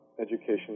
education